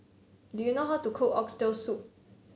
do you know how to cook Oxtail Soup